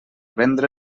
vendre